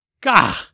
Gah